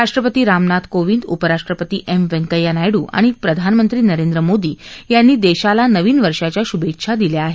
राष्ट्रपती रामनाथ कोविंद उपराष्ट्रपती वि व्यंकय्या नायडू आणि प्रधानमंत्री नरेन्द्र मोदी यांनी देशाला नवीन वर्षाच्या शूभेच्छा दिल्या आहेत